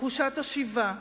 תחושת השיבה,